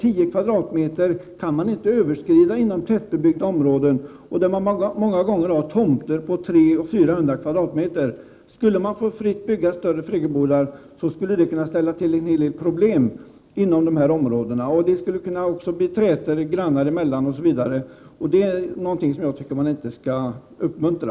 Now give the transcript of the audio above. inte går att överskrida inom tättbebyggt område, där man många gånger har tomter på 300-400 m?. Skulle man där fritt få bygga större friggebodar, skulle det kunna ställa till en hel del problem inom dessa områden. Det skulle kunna bli trätor grannar emellan, osv. Det är ingenting som jag tycker man skall uppmuntra.